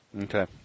Okay